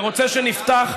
אתה רוצה שנפתח?